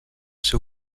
seu